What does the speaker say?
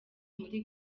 muri